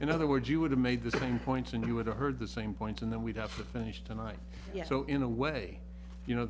in other words you would have made the same points and you would have heard the same points and then we'd have to finish tonight yes so in a way you know the